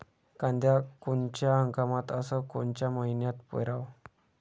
कांद्या कोनच्या हंगामात अस कोनच्या मईन्यात पेरावं?